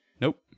Nope